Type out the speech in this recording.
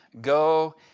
go